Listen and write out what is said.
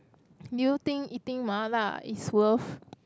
do you think eating Mala is worth